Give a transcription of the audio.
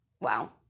Wow